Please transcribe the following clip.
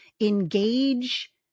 engage